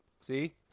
See